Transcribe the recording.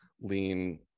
lean